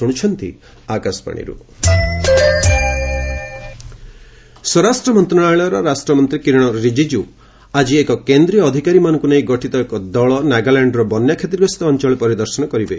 ରିଜିଜ୍ଜ ନାଗାଲ୍ୟାଣ୍ଡ ସ୍ୱରାଷ୍ଟ୍ର ମନ୍ତ୍ରଣାଳୟର ରାଷ୍ଟ୍ରମନ୍ତ୍ରୀ କିରଣ ରିଜିଜ୍ଜୁ ଆଜି ଏକ କେନ୍ଦ୍ରୀୟ ଅଧିକାରୀମାନଙ୍କୁ ନେଇ ଗଠିତ ଏକ ଦଳ ନାଗାଲ୍ୟାଣ୍ଡର ବନ୍ୟା କ୍ଷତିଗ୍ରସ୍ତ ଅଞ୍ଚଳ ପରିଦର୍ଶନ କରିବେ